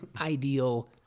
ideal